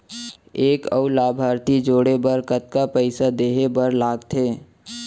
एक अऊ लाभार्थी जोड़े बर कतका पइसा देहे बर लागथे?